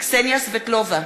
קסניה סבטלובה,